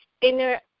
inner